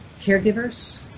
caregivers